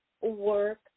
work